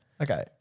Okay